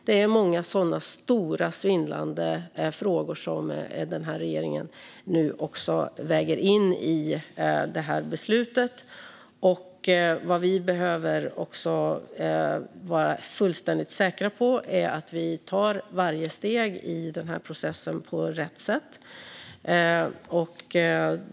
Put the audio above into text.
Det är många sådana stora, svindlande frågor som regeringen nu också väger in i beslutet. Vad vi också behöver vara fullständigt säkra på är att vi tar varje steg i processen på rätt sätt.